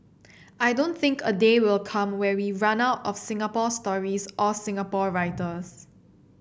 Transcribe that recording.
I don't think a day will come where we run out of Singapore stories or Singapore writers